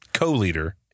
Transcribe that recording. Co-leader